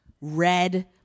red